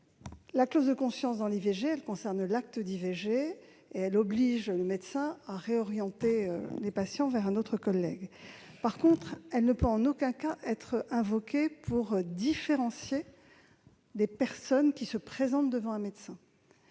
La clause de conscience en matière d'IVG concerne l'acte d'IVG et elle oblige le médecin à réorienter les patientes vers un autre collègue. En revanche, elle ne peut en aucun cas être invoquée pour différencier des personnes qui se présentent devant un médecin.